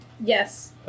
Yes